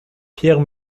pierre